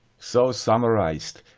so, summarized,